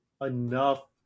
enough